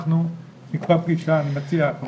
נקבע פגישה, אני מציע.